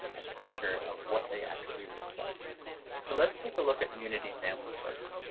a picture of what they actually look like but let's take a look at unity family first